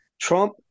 Trump